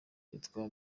yitwa